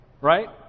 Right